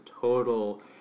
total